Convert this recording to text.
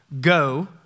Go